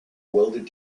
welded